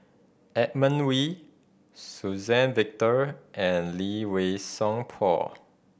Edmund Wee Suzann Victor and Lee Wei Song Paul